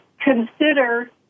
consider